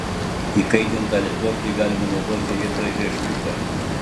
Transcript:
įkaitintą lituoklį galima naudoti vietoj rėžtuko